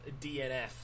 DNF